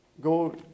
go